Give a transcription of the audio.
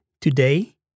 Today